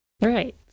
Right